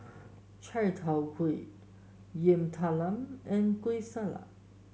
Chai Tow Kway Yam Talam and Kueh Salat